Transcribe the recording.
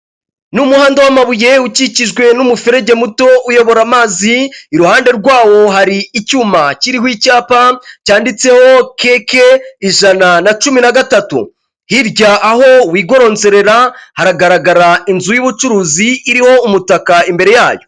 Ni umuhanda w'amabuye ukikijwe n'umuferege muto uyobora amazi, iruhande rwawo hari icyuma kiriho icyapa cyanditseho keke ijana na cumi na gatatu, hirya y'aho wigoronserera hagaragara inzu y'ubucuruzi irimo umutaka imbere yayo.